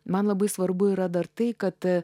man labai svarbu yra dar tai kad